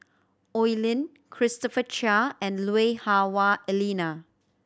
Oi Lin Christopher Chia and Lui Hah Wah Elena